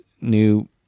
new